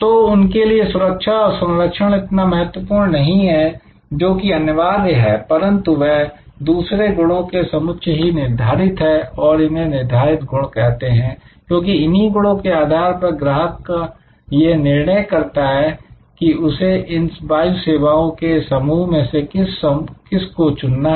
तो उनके लिए सुरक्षा और संरक्षण इतना महत्व नहीं है जोकि अनिवार्य है परंतु यह दूसरे गुणों के समुच्चय ही निर्धारित हैं और इन्हें निर्धारित गुण कहते हैं क्योंकि इन्हीं गुणों के आधार पर ग्राहक यह निर्णय करता है कि उसे इन वायु सेवाओं के समूह में से किस को चुनना है